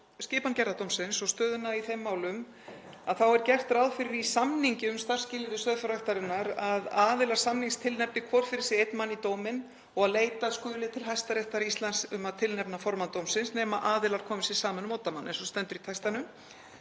skipan gerðardómsins og stöðuna í þeim málum þá er í samningi um starfsskilyrði sauðfjárræktarinnar gert ráð fyrir að aðilar samnings tilnefni hvor fyrir sig einn mann í dóminn og að leita skuli til Hæstaréttar Íslands um að tilnefna formann dómsins nema aðilar komi sér saman um oddamann, eins og stendur í textanum.